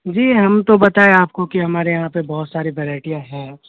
جی ہم تو بتائیں آپ کو کہ ہمارے یہاں پہ بہت ساری ورائٹیاں ہیں